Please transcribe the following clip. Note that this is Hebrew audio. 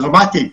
דרמטית.